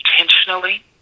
intentionally